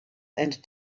and